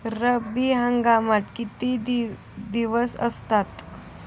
रब्बी हंगामात किती दिवस असतात?